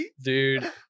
dude